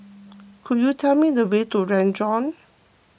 could you tell me the way to Renjong